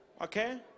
Okay